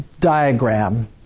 diagram